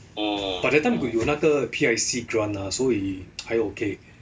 but that time 我有那个 P_I_C grant lah 所以还 okay